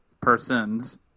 persons